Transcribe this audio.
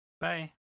Bye